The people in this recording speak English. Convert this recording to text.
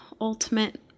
ultimate